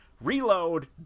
Reload